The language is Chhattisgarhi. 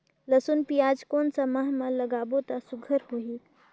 लसुन पियाज कोन सा माह म लागाबो त सुघ्घर होथे?